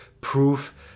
proof